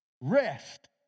Rest